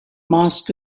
mosque